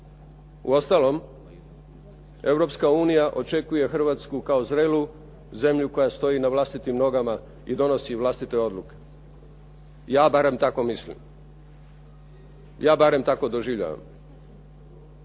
Uostalom, Europska unija očekuje Hrvatsku kao zrelu zemlju koja stoji na vlastitim nogama i donosi vlastite odluke, ja barem tako mislim, ja barem tako doživljavam.